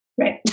Right